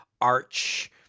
arch